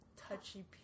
touchy